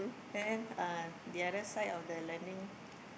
then uh the other side of the landing